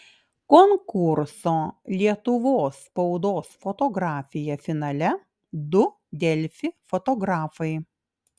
konkurso lietuvos spaudos fotografija finale du delfi fotografai